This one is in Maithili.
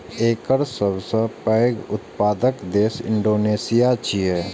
एकर सबसं पैघ उत्पादक देश इंडोनेशिया छियै